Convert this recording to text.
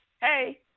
hey